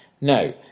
No